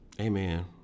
Amen